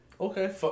Okay